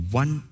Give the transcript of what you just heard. one